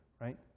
right